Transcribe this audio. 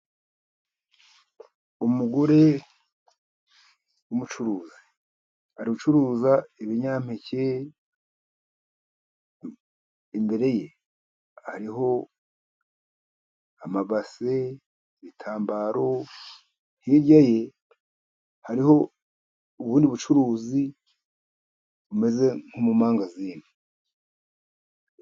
Umugore w'umucuruzi ari gucuruza ibinyampeke, imbere ye hariho amabase ,ibitambaro, hirya ye hariho ubundi bucuruzi bumeze nko mu mangazini.